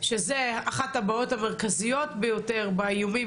שזאת אחת הבעיות המרכזיות ביותר באיומים,